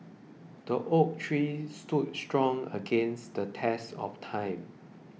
the oak tree stood strong against the test of time